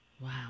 Wow